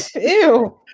Ew